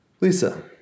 Lisa